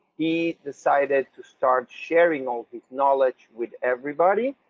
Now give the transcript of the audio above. he decided to start sharing all his knowledge with everybody,